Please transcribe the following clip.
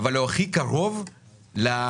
קח את המקום הזה.